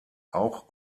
auch